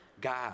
God